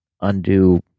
undo